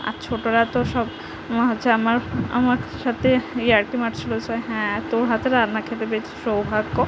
আর ছোটোরা তো সব হচ্ছে আমার আমার সাতে ইয়ার্কি মারছিলো হচ্ছে হ্যাঁ তোর হাতের রান্না খেতে পেয়েছি সৌভাগ্য